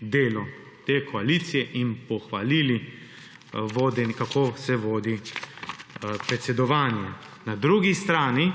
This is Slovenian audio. delo te koalicije in pohvalili, kako se vodi predsedovanje. Na drugi strani